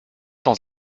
dans